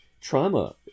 trauma